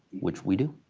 which we do.